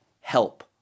help